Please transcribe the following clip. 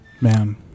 Man